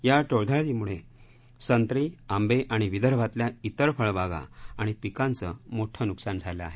या टोळधाडीमुळे संत्री आंबे आणि विदर्भातल्या इतर फळबागा आणि पिकांचं मोठं नुकसान झालं आहे